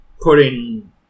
putting